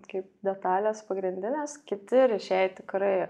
kaip detalės pagrindinės kiti rišėjai tikrai